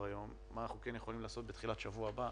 היום מה אנחנו יכולים לעשות בתחילת השבוע הבא